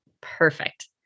Perfect